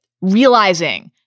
realizing